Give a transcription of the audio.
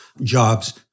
jobs